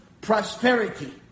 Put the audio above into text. prosperity